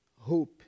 hope